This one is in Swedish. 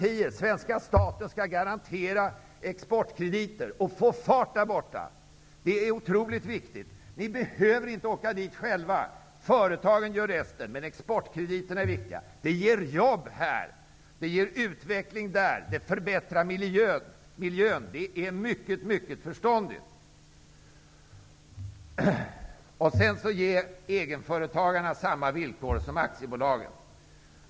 Låt svenska staten garantera exportkrediter och se till att det blir fart där borta. Det är otroligt viktigt! Ni behöver inte åka dit själva. Företagen gör resten. Men exportkrediterna är viktiga. De ger jobb här, och de ger utveckling där. De förbättrar miljön, och det är mycket förståndigt. Ge egenföretagarna samma villkor som aktiebolagen.